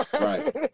Right